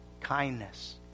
kindness